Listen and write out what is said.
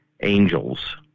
angels